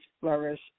flourish